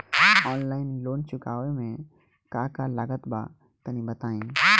Online loan चुकावे म का का लागत बा तनि बताई?